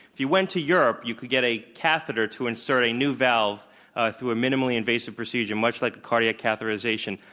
if you went to europe, you could get a catheter to insert a new valve through a minimally invasive procedure, much like a cardiac catheterization.